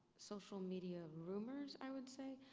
social media rumors, i would say,